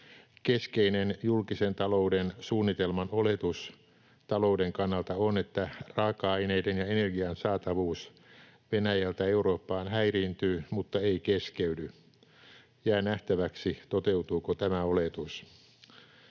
Keskeinen julkisen talouden suunnitelman oletus talouden kannalta on, että raaka-aineiden ja energian saatavuus Venäjältä Eurooppaan häiriintyy, mutta ei keskeydy. Jää nähtäväksi, toteutuuko tämä oletus.